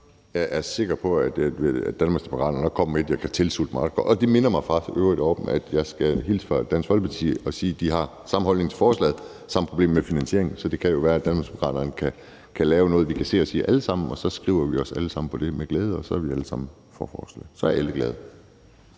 Jeg er sikker på, at Danmarksdemokraterne nok kommer med et, jeg kan tilslutte mig. Det minder mig i øvrigt om, at jeg skal hilse fra Dansk Folkeparti og sige, at de har samme holdning til forslaget og samme problem med finansieringen. Så det kan jo være, at Danmarksdemokraterne kan lave noget, vi alle sammen kan se os i, og så skriver vi os alle sammen med glæde på det, og så er vi alle sammen for forslaget. Så er alle glade.